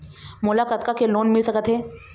मोला कतका के लोन मिल सकत हे?